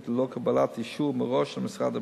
ללא קבלת אישור מראש של משרד הבריאות.